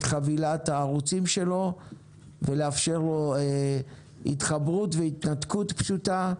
חבילת הערוצים שלו ולאפשר לו התחברות והתנתקות פשוטה,